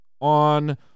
on